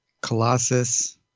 Colossus